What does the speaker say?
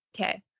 Okay